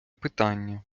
питання